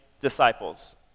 disciples